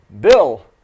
Bill